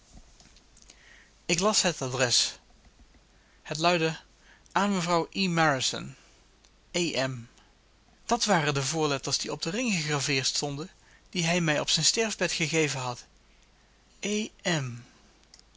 ik las het adres het luidde aan mevrouw e marrison e m dat waren de voorletters die op den ring gegraveerd stonden dien hij mij op zijn sterfbed gegeven had e m